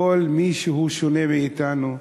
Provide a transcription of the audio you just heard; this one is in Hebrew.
כל מי שהוא שונה מאתנו.